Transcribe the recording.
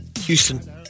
Houston